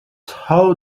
how